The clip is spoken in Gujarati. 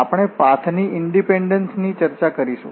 અમે પાથની ઇન્ડીપેંડન્સ ની ચર્ચા કરીશું